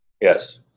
Yes